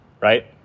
right